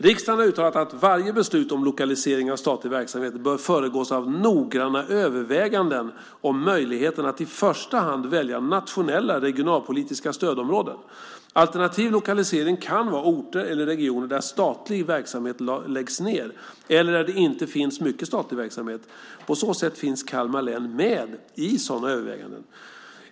Riksdagen har uttalat att varje beslut om lokalisering av statlig verksamhet bör föregås av noggranna överväganden om möjligheten att i första hand välja nationella regionalpolitiska stödområden. Alternativ lokalisering kan vara orter eller regioner där statlig verksamhet läggs ned eller där det inte finns mycket statlig verksamhet. På så sätt finns Kalmar län med i sådana överväganden.